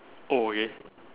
oh okay